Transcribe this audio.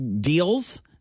deals